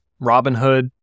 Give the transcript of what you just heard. Robinhood